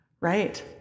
right